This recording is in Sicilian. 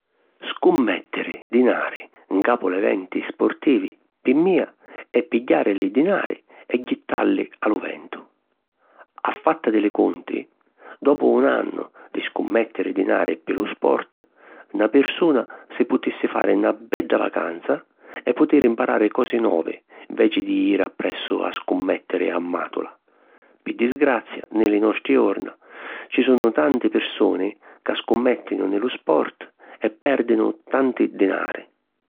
Scummèttiri dinari ncapu l'eventi sportivi pi mia è pigghiari li dinari e jittalli a lu ventu. A fatta di li cunti, dopu un annu di scummèttiri dinari pi lu sport, na pirsuna si putissi fari na bedda vacanza e putiri mparari cosi novi nveci di jiri appressu a scummèttiri ammàtula. Pi disgrazia, nni li nostri jorna, ci sunnu tanti pirsuni ca scummèttinu nni lu sport e pèrdinu tanti dinari.